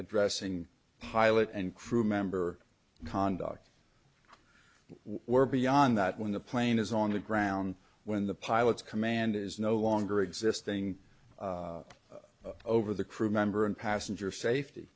addressing pilot and crew member conduct we're beyond that when the plane is on the ground when the pilot's command is no longer existing over the crew member and passenger safety